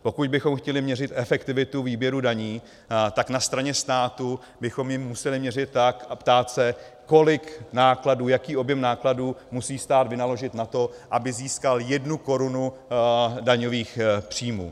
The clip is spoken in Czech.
Pokud bychom chtěli měřit efektivitu výběru daní, tak na straně státu bychom ji museli měřit a ptát se, kolik nákladů, jaký objem nákladů musí stát vynaložit na to, aby získal jednu korunu daňových příjmů.